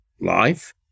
life